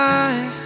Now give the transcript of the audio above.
eyes